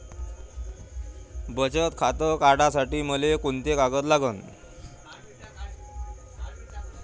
बचत खातं काढासाठी मले कोंते कागद लागन?